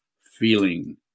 feeling